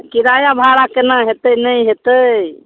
किराआ भाड़ा केना होयतै नहि होयतै